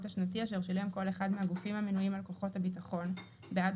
השנתי אשר שילם כל אחד מהגופים המנויים על כוחות הביטחון בעד